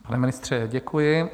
Pane ministře, děkuji.